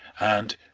and,